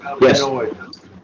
Yes